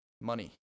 Money